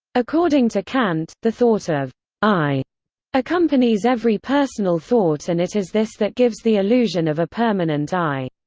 according to kant, the thought of i accompanies every personal thought and it is this that gives the illusion of a permanent i.